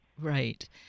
Right